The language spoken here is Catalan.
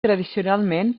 tradicionalment